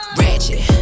ratchet